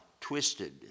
twisted